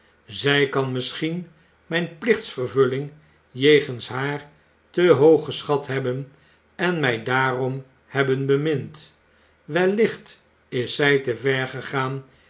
zy kan misschien mijn i plichtsvervulling jegens haar te hoog geschat j hebben en my daarom hebben bemind wel licht is zij te ver gegaan